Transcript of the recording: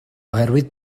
oherwydd